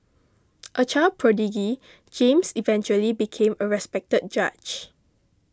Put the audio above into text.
a child prodigy James eventually became a respected judge